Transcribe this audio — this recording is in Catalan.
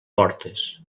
portes